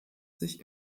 sich